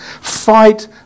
Fight